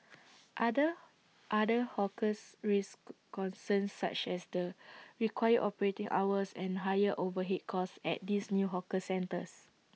other other hawkers raised concerns such as the required operating hours and higher overhead costs at these new hawker centres